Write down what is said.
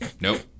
Nope